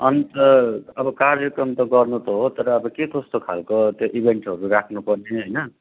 अन्त अब कार्यक्रम त गर्नु त हो तर अब के कस्तो खालको त्यो इभेन्टहरू राख्नुपर्ने होइन